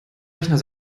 rechner